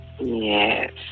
Yes